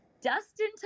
Dustin